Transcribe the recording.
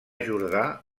jordà